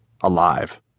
alive